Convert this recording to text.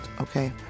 okay